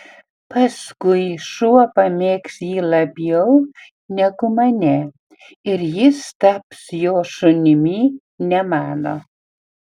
paskui šuo pamėgs jį labiau negu mane ir jis taps jo šunimi ne mano